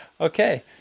Okay